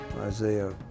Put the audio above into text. Isaiah